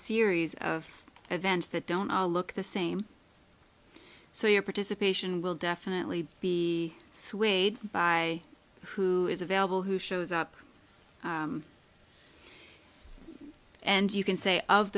series of events that don't all look the same so your participation will definitely be swayed by who is available who shows up and you can say all of